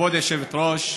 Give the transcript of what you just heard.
כבוד היושבת-ראש,